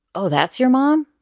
oh, that's your mom.